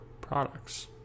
products